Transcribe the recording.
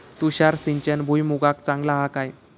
तुषार सिंचन भुईमुगाक चांगला हा काय?